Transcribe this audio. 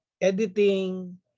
editing